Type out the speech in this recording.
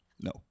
No